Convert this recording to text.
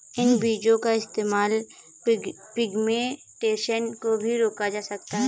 इन बीजो का इस्तेमाल पिग्मेंटेशन को भी रोका जा सकता है